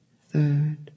third